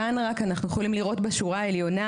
כאן רק אנחנו יכולים לראות בשורה העליונה,